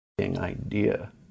idea